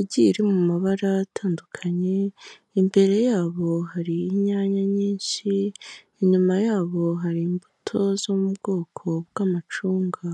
igiye iri mu mabara atandukanye, imbere yabo hari inyanya nyinshi, inyuma yabo hari imbuto zo mu bwoko bw'amacunga.